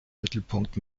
mittelpunkt